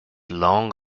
long